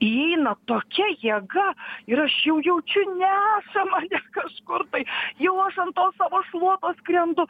įeina tokia jėga ir aš jau jaučiu nesama kažkur tai jau aš ant tos savo šluotos skrendu